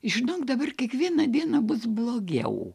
žinok dabar kiekvieną dieną bus blogiau